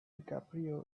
dicaprio